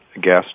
guest